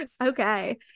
okay